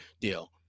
deal